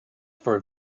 for